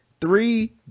three